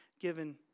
given